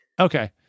Okay